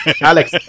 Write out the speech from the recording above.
Alex